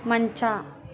ಮಂಚ